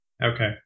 Okay